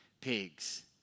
pigs